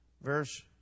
verse